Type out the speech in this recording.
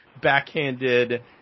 backhanded